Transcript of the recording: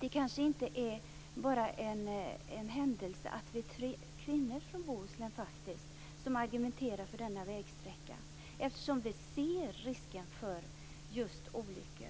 Det kanske inte bara är en händelse att vi är tre kvinnor från Bohuslän som argumenterar för denna vägsträcka eftersom vi ser risken för just olyckor.